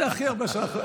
זה הכי הרבה שאנחנו,